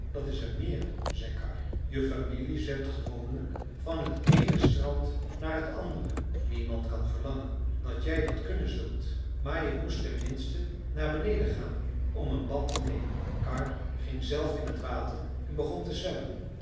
dat is een meer zei karr je familie zwemt gewoonlijk van het eene strand naar het andere niemand kan verlangen dat jij dat kunnen zult maar je moest ten minste naar beneden gaan om een bad te nemen karr ging zelf in het water en begon te zwemmen